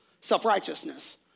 self-righteousness